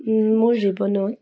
মোৰ জীৱনত